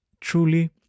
truly